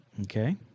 Okay